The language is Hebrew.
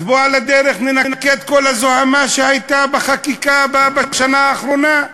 אז בוא על הדרך ננקה את כל הזוהמה שהייתה בחקיקה בשנה האחרונה.